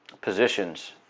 positions